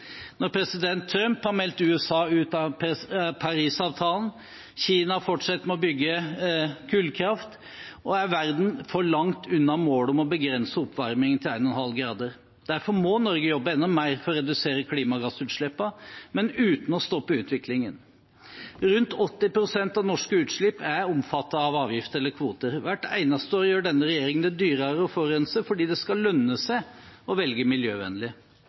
Når president Trump har meldt USA ut av Parisavtalen og Kina fortsetter med å bygge ut kullkraft, er verden for langt unna målet om å begrense oppvarmingen til 1,5 grader. Derfor må Norge jobbe enda mer for å redusere klimagassutslippene, men uten å stoppe utviklingen. Rundt 80 pst. av norske utslipp er omfattet av avgift eller kvoter. Hvert eneste år gjør denne regjeringen det dyrere å forurense fordi det skal lønne seg å velge miljøvennlig.